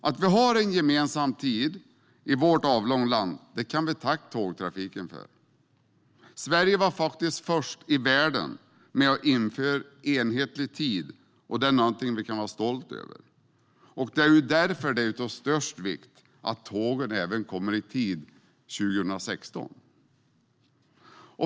Att vi har en gemensam tid i vårt avlånga land kan vi tacka tågtrafiken för. Sverige var faktiskt först i världen med att införa en enhetlig tid, och det är något vi kan vara stolta över. Därför är det av största vikt att tågen kommer i tid även 2016.